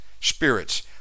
spirits